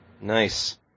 Nice